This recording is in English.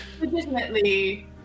legitimately